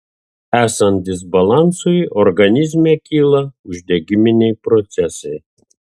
esant disbalansui organizme kyla uždegiminiai procesai